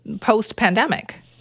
post-pandemic